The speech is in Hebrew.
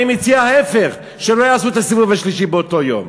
אני מציע ההפך: שלא יעשו את הסיבוב השלישי באותו יום,